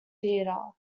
theater